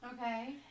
Okay